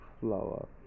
flower